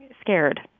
scared